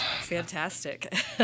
Fantastic